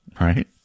right